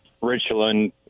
Richland